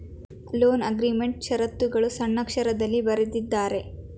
loan ಅಗ್ರೀಮೆಂಟ್ನಾ ಶರತ್ತುಗಳು ಸಣ್ಣಕ್ಷರದಲ್ಲಿ ಬರೆದಿದ್ದಾರೆ